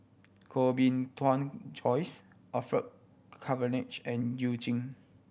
Koh Bee Tuan Joyce Orfeur Cavenagh and You Jin